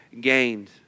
gained